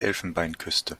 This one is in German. elfenbeinküste